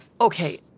Okay